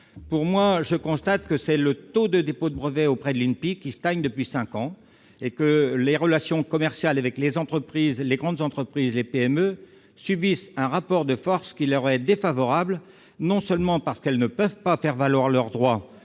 ce que je constate, c'est que le taux de dépôt de brevets auprès de l'INPI stagne depuis cinq ans. Il apparaît que, dans leurs relations commerciales avec les grandes entreprises, les PME subissent un rapport de force qui leur est défavorable non seulement parce qu'elles ne peuvent pas faire valoir leurs droits